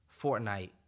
Fortnite